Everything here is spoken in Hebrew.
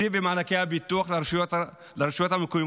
תקציב במענקי הביטוח לרשויות המקומיות,